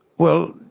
well,